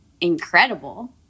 incredible